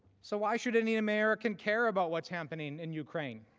so why should any american care about what is happening in ukraine?